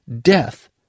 death